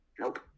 Nope